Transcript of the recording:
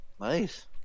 Nice